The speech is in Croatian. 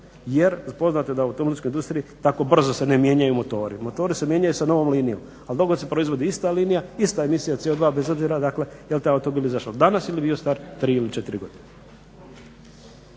jer poznato je da u automobilskoj industriji tako brzo se ne mijenjaju motori. Motori se mijenjaju sa novom linijom a dok god se proizvodi ista linija ista emisija Co2 bez obzira dakle jel taj automobil izašao danas ili bio star dvije ili tri ili četiri godine.